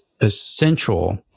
essential